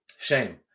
Shame